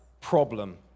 Problem